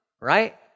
right